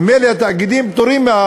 ממילא התאגידים פטורים,